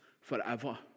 forever